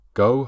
go